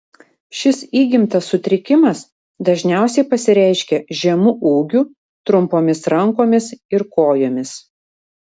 šis įgimtas sutrikimas dažniausiai pasireiškia žemu ūgiu trumpomis rankomis ir kojomis